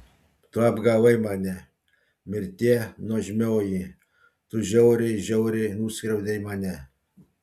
tu apgavai mane mirtie nuožmioji tu žiauriai žiauriai nuskriaudei mane